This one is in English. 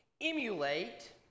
emulate